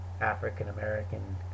african-american